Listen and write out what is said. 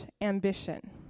ambition